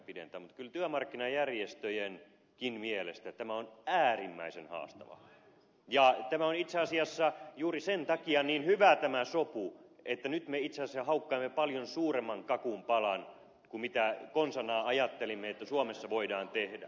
mutta kyllä työmarkkinajärjestöjenkin mielestä tämä on äärimmäisen haastava ja itse asiassa juuri sen takia on niin hyvä tämä sopu että nyt me itse asiassa haukkaamme paljon suuremman kakun palan kuin konsanaan ajattelimme että suomessa voidaan tehdä